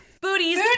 Booties